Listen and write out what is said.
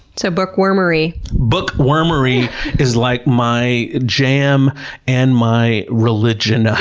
so, bookwormary? bookwormary is like my jam and my religion, ah